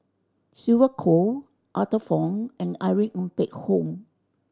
Sylvia Kho Arthur Fong and Irene Ng Phek Hoong